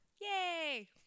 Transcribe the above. Yay